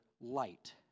light